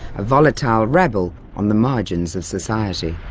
a volatile rebel on the margins of society.